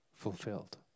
fulfilled